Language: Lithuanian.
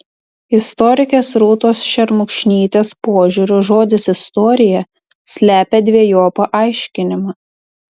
istorikės rūtos šermukšnytės požiūriu žodis istorija slepia dvejopą aiškinimą